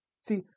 See